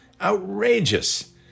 Outrageous